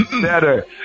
better